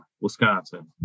Wisconsin